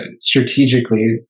strategically